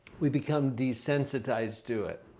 we become desensitized to it.